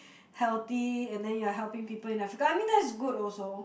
healthy and then you are helping people in Africa I mean that is good also